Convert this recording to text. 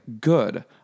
Good